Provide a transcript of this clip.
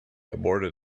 aborted